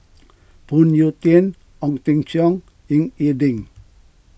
Phoon Yew Tien Ong Teng Cheong Ying E Ding